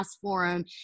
forum